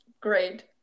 great